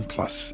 Plus